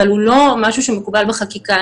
אבל הוא לא משהו שמקובל בחקיקה.